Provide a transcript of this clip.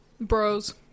Bros